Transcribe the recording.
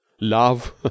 Love